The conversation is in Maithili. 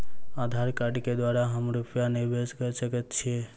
आधार कार्ड केँ द्वारा हम रूपया निवेश कऽ सकैत छीयै?